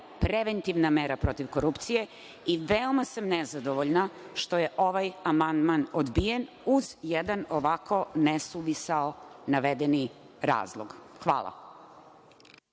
preventivna mera protiv korupcije i veoma sam nezadovoljna što je ovaj amandman odbijen uz jedan ovako nesuvisao navedeni razlog. Hvala.